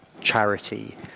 charity